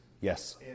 Yes